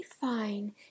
fine